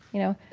you know,